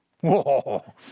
whoa